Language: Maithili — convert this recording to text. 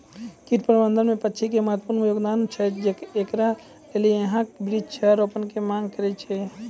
कीट प्रबंधन मे पक्षी के महत्वपूर्ण योगदान छैय, इकरे लेली यहाँ वृक्ष रोपण के मांग करेय छैय?